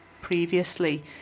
previously